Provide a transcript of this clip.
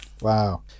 Wow